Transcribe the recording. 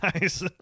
nice